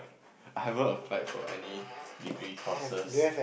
I haven't applied for any degree courses